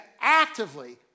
actively